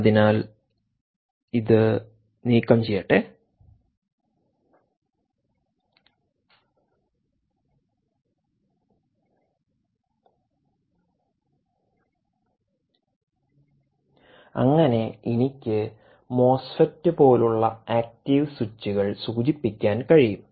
അതിനാൽ ഇത് നീക്കം ചെയ്യട്ടെ അങ്ങനെ എനിക്ക് MOSFET പോലുള്ള ആക്ടീവ് സ്വിച്ചുകൾ സൂചിപ്പിക്കാൻ കഴിയും